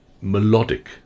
melodic